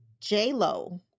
j-lo